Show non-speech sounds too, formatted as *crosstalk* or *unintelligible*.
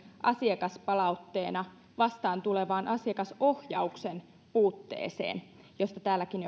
asiakaspalautteena vastaan tulevaan asiakasohjauksen puutteeseen josta täälläkin *unintelligible*